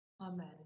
Amen